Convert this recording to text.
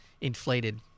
inflated